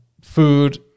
food